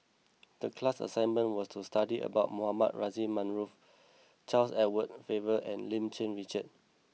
the class assignment was to study about Mohamed Rozani Maarof Charles Edward Faber and Lim Cherng Yih Richard